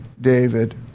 David